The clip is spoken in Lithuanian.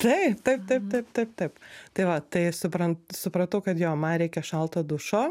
taip taip taip taip taip taip tai va tai supran supratau kad jo man reikia šalto dušo